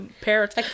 parents